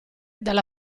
dalla